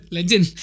Legend